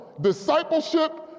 discipleship